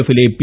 എഫിലെ പി